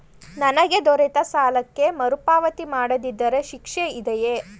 ನನಗೆ ದೊರೆತ ಸಾಲಕ್ಕೆ ಮರುಪಾವತಿ ಮಾಡದಿದ್ದರೆ ಶಿಕ್ಷೆ ಇದೆಯೇ?